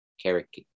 character